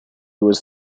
was